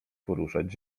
poruszać